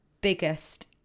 biggest